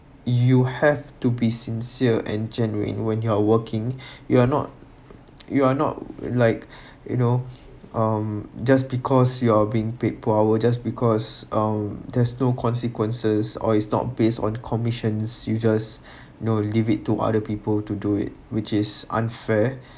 you have to be sincere and genuine when you're working you are not you are not like you know um just because you are being paid per hour just because um there's no consequences or is not based on commissions you just you know leave it to other people to do it which is unfair